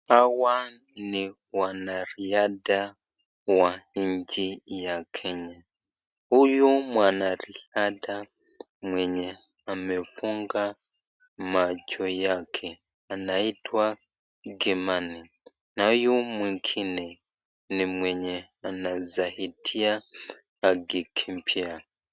Hawa ni wanariadha wa nchi ya kenya, huyu mwanariadha mwenye amefunga macho yake anaitwa kimani na huyu mwingine ni mwenye anasaidia akikimbia.